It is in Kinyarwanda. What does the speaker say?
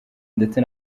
ndetse